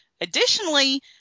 Additionally